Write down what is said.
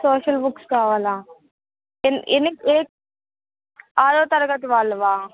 social books కావాలా ఎన్ ఎన్ని ఏ ఆరో తరగతి వాళ్ళవా